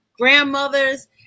Grandmothers